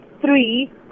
Three